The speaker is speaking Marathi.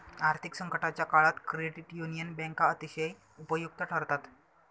आर्थिक संकटाच्या काळात क्रेडिट युनियन बँका अतिशय उपयुक्त ठरतात